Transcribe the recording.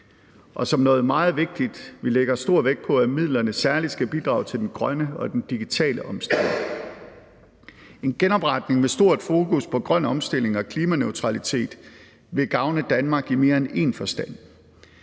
Og som noget meget vigtigt: Vi lægger stor vægt på, at midlerne særlig skal bidrage til den grønne og den digitale omstilling. En genopretning med stort fokus på grøn omstilling og klimaneutralitet vil gavne Danmark i mere end én forstand.